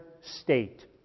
state